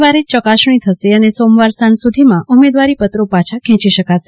વારે યકાસણી થશે અને સોમવાર સાંજ સુધીમાં ઉમેદવારી પત્રો પાછા ખેંચી શકાશે